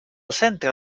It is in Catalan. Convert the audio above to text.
centre